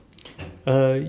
uh